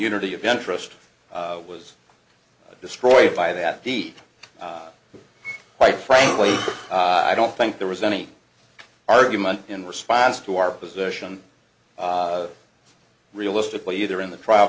unity of interest was destroyed by that deed quite frankly i don't think there was any argument in response to our position realistically either in the trial